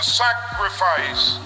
sacrifice